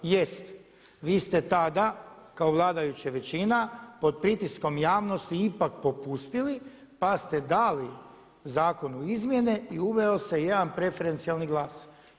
Jest vi ste tada kao vladajuća većina pod pritiskom javnosti ipak popustili pa ste dali zakon u izmjene i uveo se jedan preferencijalni glas.